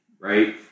right